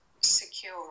secure